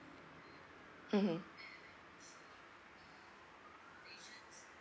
mmhmm